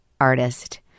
artist